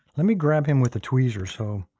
let me grab him with a tweezer so